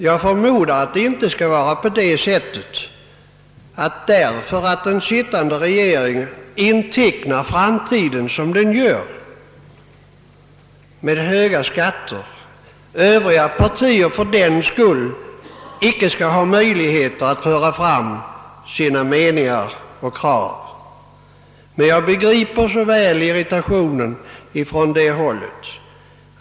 Jag förmodar att det inte skall vara på det sättet, att om en sittande regering intecknar framtiden med höga skatter övriga partier fördenskull icke skall ha möjlighet att framföra sina meningar och krav. Jag begriper emellertid så väl den irritation man visar.